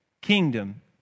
kingdom